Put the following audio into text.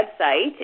website